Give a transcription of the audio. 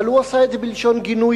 אבל הוא עשה את זה בלשון גינוי,